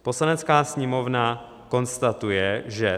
Poslanecká sněmovna konstatuje, že